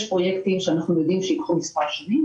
יש פרויקטים שאנחנו יודעים שייקחו מספר שנים,